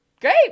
great